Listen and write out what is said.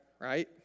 right